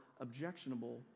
objectionable